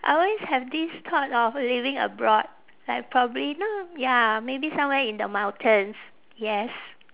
I always have this thought of living abroad like probably no ya maybe somewhere in the mountains yes